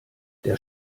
der